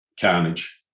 carnage